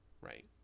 right